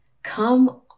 Come